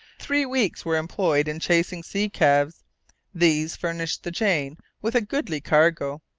three weeks were employed in chasing sea-calves these furnished the jane with a goodly cargo.